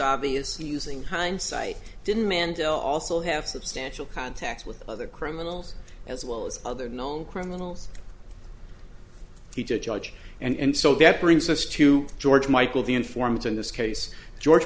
obvious using hindsight didn't mandela also have substantial contacts with other criminals as well as other known criminals teach a judge and so that brings us to george michael the informant in this case george